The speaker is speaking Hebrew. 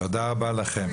תודה רבה לכם, יישר כוח.